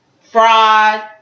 fraud